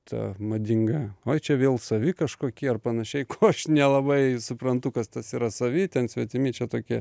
ta madinga oi čia vėl savi kažkokie ar panašiai ko aš nelabai suprantu kas tas yra savi ten svetimi čia tokie